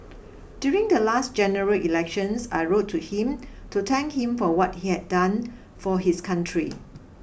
during the last general elections I wrote to him to thank him for what he has done for his country